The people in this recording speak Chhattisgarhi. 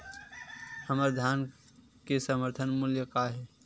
हमर धान के समर्थन मूल्य का हे?